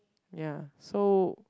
ya so